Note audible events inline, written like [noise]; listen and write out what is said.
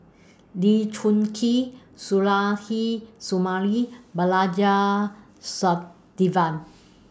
Lee Choon Kee [unintelligible] Sumari and Balaji [unintelligible]